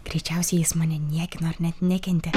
greičiausiai jis mane niekino ar net nekentė